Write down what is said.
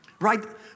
Right